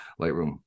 Lightroom